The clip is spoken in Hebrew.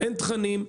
אין תכנים,